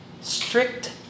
strict